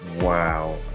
wow